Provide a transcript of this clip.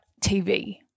TV